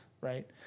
right